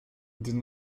did